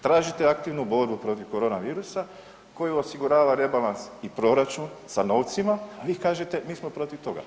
Tražite aktivnu borbu protiv korona virusa koju osigurava rebalans i proračun sa novcima, a vi kažete mi smo protiv toga.